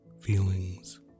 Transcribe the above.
feelings